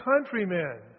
countrymen